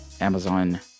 Amazon